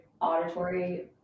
auditory